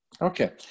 Okay